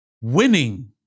Winning